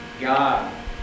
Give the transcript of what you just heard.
God